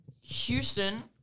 Houston